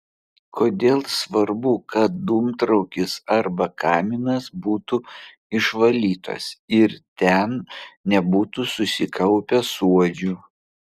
kodėl svarbu kad dūmtraukis arba kaminas būtų išvalytas ir ten nebūtų susikaupę suodžių